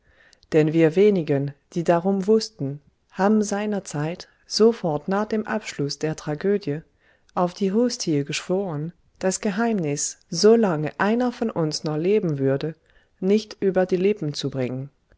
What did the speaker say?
denn wir wenigen die darum wußten haben seinerzeit sofort nach dem abschluß der tragödie auf die hostie geschworen das geheimnis so lange einer von uns noch leben würde nicht über die lippen zu bringen